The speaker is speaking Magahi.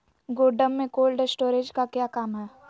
गोडम में कोल्ड स्टोरेज का क्या काम है?